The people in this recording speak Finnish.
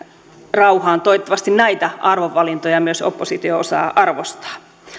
rauhaan toivottavasti näitä arvovalintoja myös oppositio osaa arvostaa